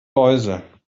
läuse